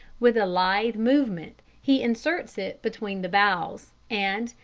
with a lithe movement he inserts it between the boughs, and,